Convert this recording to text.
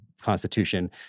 Constitution